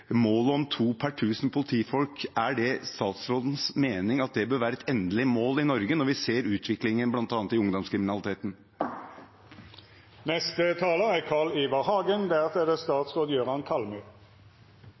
målet om to politifolk per tusen, om det er statsrådens mening at det bør være et endelig mål i Norge når vi ser utviklingen bl.a. innen ungdomskriminaliteten. Jeg vil også si litt om gjengkriminalitet, og jeg er helt sikker på at statsråden vil vurdere det